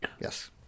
yes